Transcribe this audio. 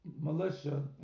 militia